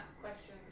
question